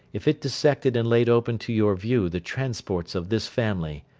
if it dissected and laid open to your view the transports of this family,